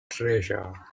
treasure